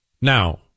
Now